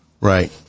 Right